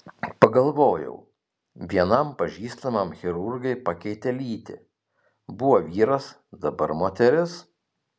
pagalvojau vienam pažįstamam chirurgai pakeitė lytį buvo vyras dabar moteris